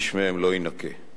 איש מהם לא יינקה.